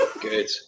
Good